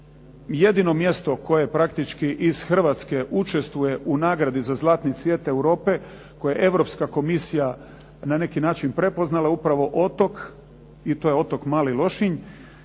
jedino mjesto koje praktički iz Hrvatske učestvuje u nagradi za "Zlatni cvijet Europe" koje je Europska komisija na neki način prepoznala upravo otok i to je otok Mali Lošinj